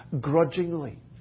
grudgingly